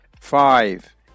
five